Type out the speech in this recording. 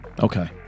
Okay